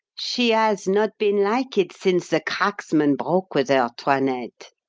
she has not been like it since the cracksman broke with her, toinette.